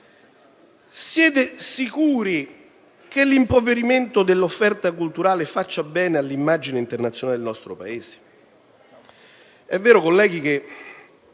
Siete sicuri che l'impoverimento dell'offerta culturale faccia bene all'immagine internazionale del nostro Paese?